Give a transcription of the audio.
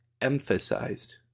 emphasized